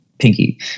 pinky